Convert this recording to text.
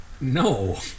No